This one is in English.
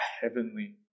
heavenly